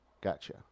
Gotcha